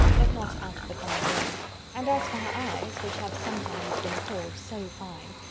but not out of the common way and as for her eyes, which have sometimes been called so fine,